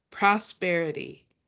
Prosperity